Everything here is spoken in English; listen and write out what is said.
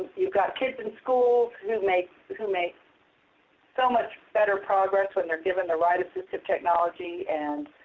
you've got kids in school who make who make so much better progress when they're given the right assistive technology and